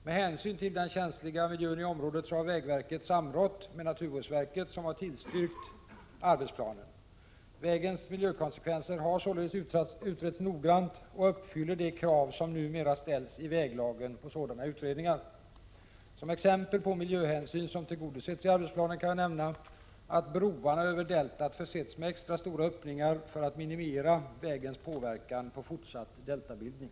Med hänsyn till den känsliga miljön i området har vägverket samrått med naturvårdsverket, som har tillstyrkt arbetsplanen: Vägens miljökonsekvenser har således utretts noggrant och uppfyller de krav som numera ställs i väglagen på sådana utredningar. Som exempel på miljöhänsyn som tillgodosetts i arbetsplanen kan jag nämna att broarna över deltat försetts med extra stora öppningar för att minimera vägens påverkan på fortsatt deltabildning.